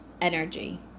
energy